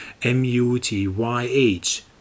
MUTYH